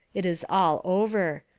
it is all over.